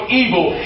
evil